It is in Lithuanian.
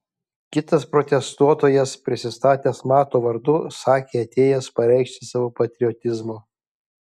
kitas protestuotojas prisistatęs mato vardu sakė atėjęs pareikšti savo patriotizmo